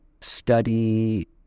study